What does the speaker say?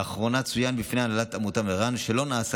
לאחרונה צוין בפני הנהלת עמותת ער"ן שלא נעשה